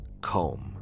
Comb